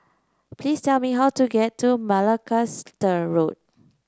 please tell me how to get to Macalister Road